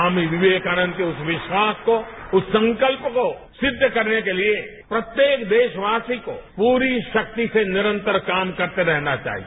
स्वामी विवेकानंद के उस विश्वास को उस संकल्प को सिद्ध करने के लिए प्रत्येक देशवासी को पूरी शक्ति से निरंतर काम करते रहना चाहिए